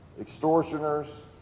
extortioners